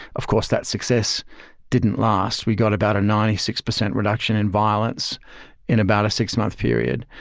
of course, that success didn't last. we got about a ninety six percent reduction in violence in about a six month period.